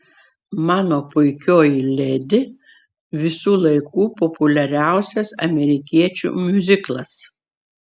mano puikioji ledi visų laikų populiariausias amerikiečių miuziklas